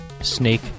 Snake